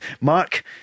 Mark